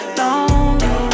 lonely